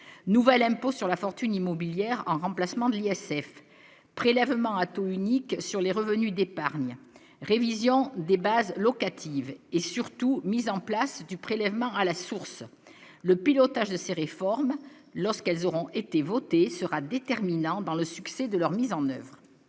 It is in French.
nouvel impôt sur la fortune immobilière en remplacement d'une Yacef prélèvement à taux unique sur les revenus d'épargne révision des bases locatives et surtout mise en place du prélèvement à la source, le pilotage de ces réformes lorsqu'elles auront été votée sera déterminant dans le succès de leur mise en oeuvre,